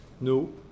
No